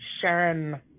Sharon